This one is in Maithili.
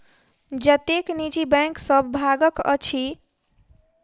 जतेक निजी बैंक सब भागल अछि, ओ सब उन्नैस सौ छप्पन एक्ट के पालन करैत छल